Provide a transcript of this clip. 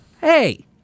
Hey